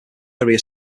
area